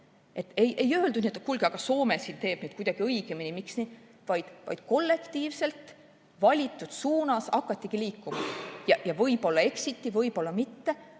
Ei öeldud, et kuulge, aga Soome teeb kuidagi õigemini, miks nii. Kollektiivselt valitud suunas hakatigi liikuma. Võib-olla eksiti, võib-olla mitte,